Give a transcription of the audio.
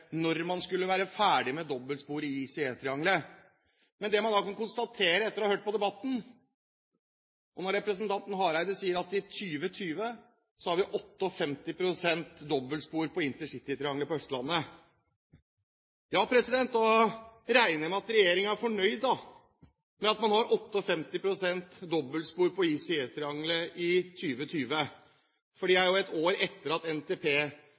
når man skulle være ferdig med dobbeltsporet i intercitytriangelet. Etter å ha hørt på debatten, der representanten Hareide sier at i 2020 har vi 58 pst. dobbeltspor på intercitytriangelet på Østlandet, regner jeg med at regjeringen er fornøyd med at man har 58 pst. dobbeltspor på intercitytriangelet i 2020 – for det er jo et år etter at